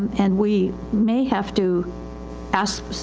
and we may have to ask,